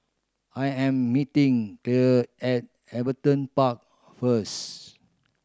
I am meeting Clair at Everton Park first